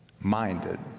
minded